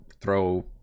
throw